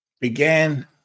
began